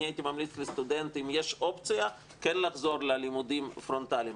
הייתי ממליץ לסטודנטים שאם יש אופציה כן לחזור ללימודים פרונטליים,